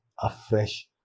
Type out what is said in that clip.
afresh